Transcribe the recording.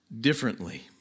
differently